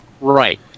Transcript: Right